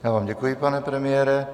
Já vám děkuji, pane premiére.